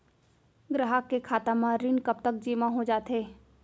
ग्राहक के खाता म ऋण कब तक जेमा हो जाथे?